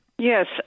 Yes